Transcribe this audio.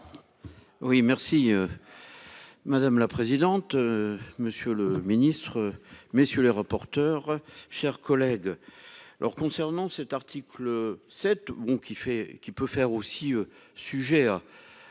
Oui merci. Madame la présidente. Monsieur le ministre, messieurs les rapporteurs, chers collègues. Alors concernant cet article 7 ou qui fait, qui peut faire